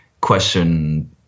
question